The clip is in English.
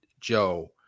Joe